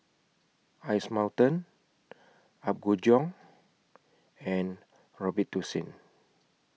Ice Mountain Apgujeong and Robitussin